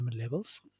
levels